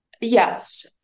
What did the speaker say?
yes